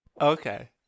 Okay